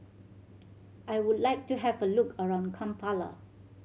I would like to have a look around Kampala